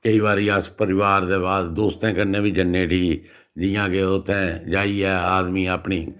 केईं बारी अस परिवार दे बाद दोस्तें कन्नै बी जन्ने उठी जियां के उत्थें आइयै आदमी अपनी